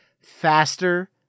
faster